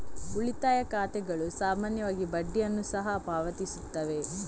ಉಳಿತಾಯ ಖಾತೆಗಳು ಸಾಮಾನ್ಯವಾಗಿ ಬಡ್ಡಿಯನ್ನು ಸಹ ಪಾವತಿಸುತ್ತವೆ